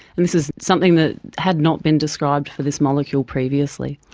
and this was something that had not been described for this molecule previously.